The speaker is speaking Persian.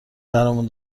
برامون